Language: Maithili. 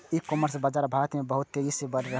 ई कॉमर्स बाजार भारत मे बहुत तेजी से बढ़ि रहल छै